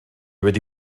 wedi